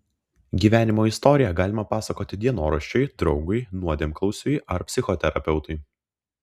gyvenimo istoriją galime pasakoti dienoraščiui draugui nuodėmklausiui ar psichoterapeutui